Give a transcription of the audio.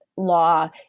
law